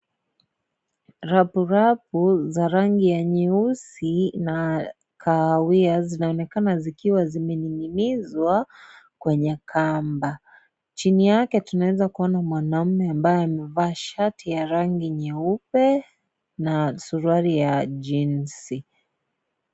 Rapurapu za rangi ya nyeusi na kahawia zinaonekana zikiwa zimening'inishwa kwenye kamba. Chini yake tunaweza kuona mwanaume ambaye amevaa shati ya rangi nyeupe na suruari ya jinzi.